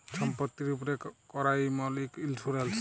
ছম্পত্তির উপ্রে ক্যরা ইমল ইক ইল্সুরেল্স